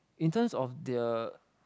in terms of their